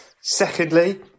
Secondly